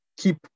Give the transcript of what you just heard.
Keep